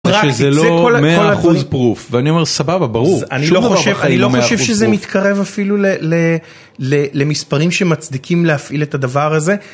זה לא 100% פרוף, ואני אומר סבבה, ברור. שום דבר בחיים הוא לא 100% פרוף. אני לא חושב שזה מתקרב אפילו למספרים שמצדיקים להפעיל את הדבר הזה.